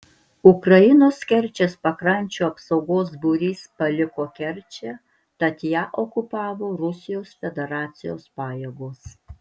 ukrainos kerčės pakrančių apsaugos būrys paliko kerčę tad ją okupavo rusijos federacijos pajėgos